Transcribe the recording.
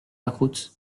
lacroute